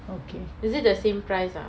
is it the same price ah